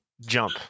jump